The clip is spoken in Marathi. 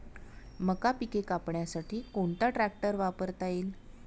मका पिके कापण्यासाठी कोणता ट्रॅक्टर वापरता येईल?